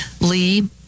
Lee